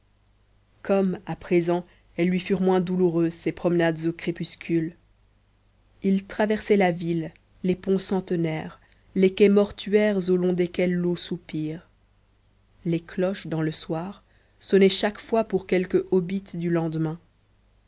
comme à présent elles lui furent moins douloureuses ces promenades au crépuscule il traversait la ville les ponts centenaires les quais mortuaires au long desquels l'eau soupire les cloches dans le soir sonnaient chaque fois pour quelque obit du lendemain